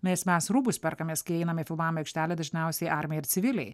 nes mes rūbus perkamės kai einam į filmavimo aikštelę dažniausiai armija ir civiliai